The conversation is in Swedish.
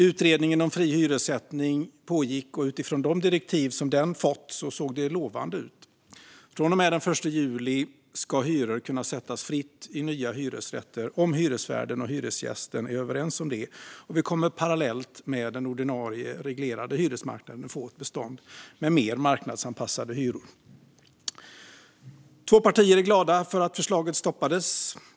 Utredningen om fri hyressättning pågick, och utifrån de direktiv som den hade fått såg det lovande ut: Från och med den 1 juli ska hyror kunna sättas fritt i nya hyresrätter om hyresvärden och hyresgästen är överens om det, och vi kommer parallellt med den ordinarie reglerade hyresmarknaden att få ett bestånd med mer marknadsanpassade hyror. Två partier är glada för att förslaget stoppades.